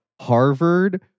Harvard